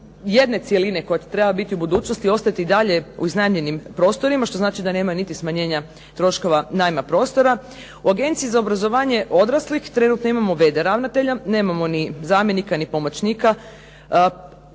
jedne cjeline koja treba biti u budućnosti, ostati i dalje u iznajmljenim prostorima, što znači da nema niti smanjenja troškova najma prostora. U Agenciji za obrazovanje za odraslih trenutno imamo vd. ravnatelja, nemamo ni zamjenika, ni pomoćnika.